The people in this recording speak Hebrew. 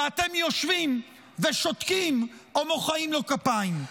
ואתם יושבים ושותקים או מוחאים לו כפיים.